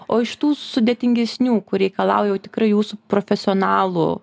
o iš tų sudėtingesnių kur reikalauja jau tikrai jūsų profesionalų